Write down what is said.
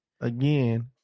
again